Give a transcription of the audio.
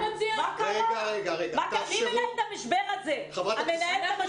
אתמול היא אמרה שמגיע להם חופש,